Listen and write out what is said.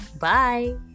Bye